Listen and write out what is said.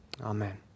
Amen